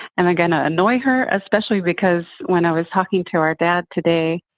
am i going to annoy her? especially because when i was talking to our dad today,